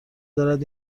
دارد